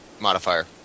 modifier